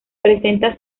presenta